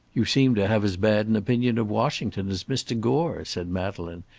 you seem to have as bad an opinion of washington as mr. gore, said madeleine,